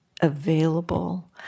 available